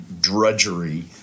drudgery